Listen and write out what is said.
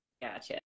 Gotcha